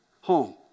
home